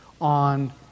on